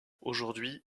aujourd’hui